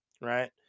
right